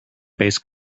based